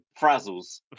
Frazzles